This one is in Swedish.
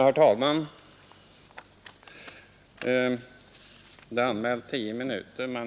Herr talman!